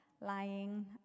lying